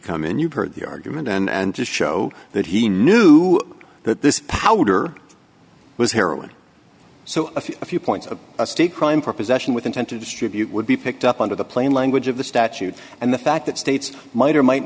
come in you've heard the argument and to show that he knew that this powder was heroin so a few points of a state crime for possession with intent to distribute would be picked up under the plain language of the statute and the fact that states might or might